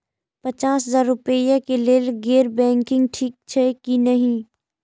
पचास हजार रुपए के लेल गैर बैंकिंग ठिक छै कि नहिं?